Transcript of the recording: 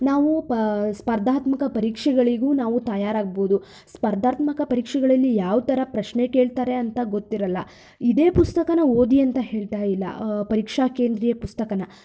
ನಾವು ಪ ಸ್ಪರ್ಧಾತ್ಮಕ ಪರೀಕ್ಷೆಗಳಿಗೂ ನಾವು ತಯಾರಾಗ್ಬೌದು ಸ್ಪರ್ಧಾತ್ಮಕ ಪರೀಕ್ಷೆಗಳಲ್ಲಿ ಯಾವ ಥರ ಪ್ರಶ್ನೆ ಕೇಳ್ತಾರೆ ಅಂತ ಗೊತ್ತಿರಲ್ಲ ಇದೇ ಪುಸ್ತಕನ ಓದಿ ಅಂತ ಹೇಳ್ತಾ ಇಲ್ಲ ಪರೀಕ್ಷಾ ಕೇಂದ್ರೀಯ ಪುಸ್ತಕನ